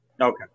Okay